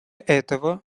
этого